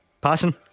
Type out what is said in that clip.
Passing